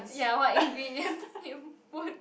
ya what ingredients you put